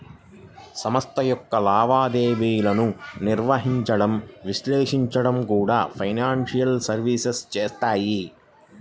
సంస్థ యొక్క లావాదేవీలను నిర్వహించడం, విశ్లేషించడం కూడా ఫైనాన్షియల్ సర్వీసెస్ చేత్తాయి